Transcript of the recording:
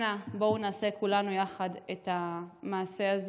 אנא, בואו נעשה כולנו יחד את המעשה הזה.